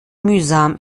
mühsam